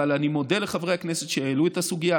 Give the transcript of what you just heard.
אבל אני מודה לחברי הכנסת שהעלו את הסוגיה.